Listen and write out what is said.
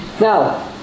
Now